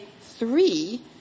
three